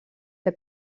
que